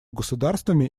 государствами